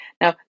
Now